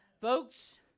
Folks